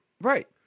Right